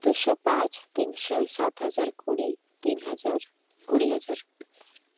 ᱫᱩᱥᱚ ᱯᱟᱸᱪ ᱛᱤᱱᱥᱚ ᱥᱟᱛ ᱦᱟᱡᱟᱨ ᱠᱩᱲᱤ ᱛᱤᱱ ᱦᱟᱡᱟᱨ ᱠᱩᱲᱤ ᱦᱟᱡᱟᱨ